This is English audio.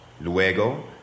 luego